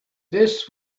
this